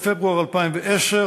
בפברואר 2010,